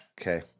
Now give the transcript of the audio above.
Okay